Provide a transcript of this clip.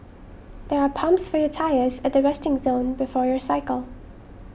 there are pumps for your tyres at the resting zone before your cycle